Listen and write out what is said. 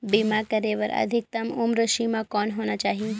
बीमा करे बर अधिकतम उम्र सीमा कौन होना चाही?